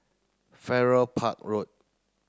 Farrer Park Road